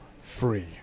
free